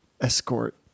Escort